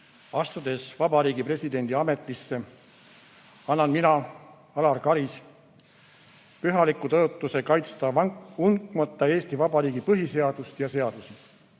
Astudes Vabariigi Presidendi ametisse, annan mina, Alar Karis, pühaliku tõotuse kaitsta vankumata Eesti Vabariigi põhiseadust ja seadusi,